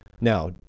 Now